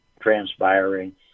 transpiring